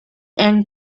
and